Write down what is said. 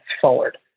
forward